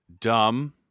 dumb